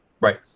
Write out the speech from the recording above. Right